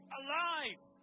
alive